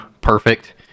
perfect